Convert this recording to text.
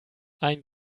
ein